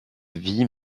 vis